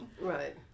Right